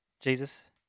Jesus